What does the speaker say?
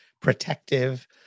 protective